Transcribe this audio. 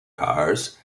cars